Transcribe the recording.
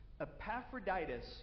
Epaphroditus